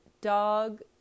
dog